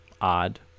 odd